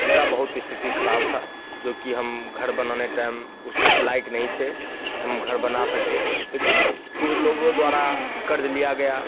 मेरा बहुत स्थिति खराब था जो कि हम घर बनाने टाइम उस लायक नहीं थे कि हम घर बना सकें लेकिन कुछ लोगों द्वारा क़र्ज़ लिया गया